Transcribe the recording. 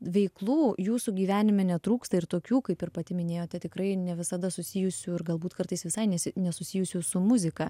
veiklų jūsų gyvenime netrūksta ir tokių kaip ir pati minėjote tikrai ne visada susijusių ir galbūt kartais visai nesusijusių su muzika